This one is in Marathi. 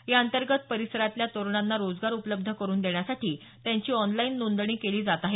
याअंतर्गत परिसरातल्या तरुणांना रोजगार उपलब्ध करून देण्यासाठी त्यांची ऑनलाईन नोंदणी केली जात आहे